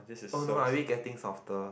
oh no I already getting softer